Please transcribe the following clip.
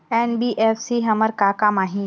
NBFC हमर का काम आही?